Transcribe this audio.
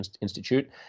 Institute